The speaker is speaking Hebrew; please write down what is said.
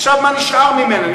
עכשיו מה נשאר ממנה?